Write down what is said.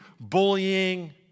bullying